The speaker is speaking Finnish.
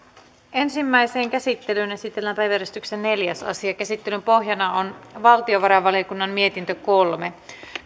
ensimmäiseen käsittelyyn esitellään päiväjärjestyksen neljäs asia käsittelyn pohjana on valtiovarainvaliokunnan mietintö kolme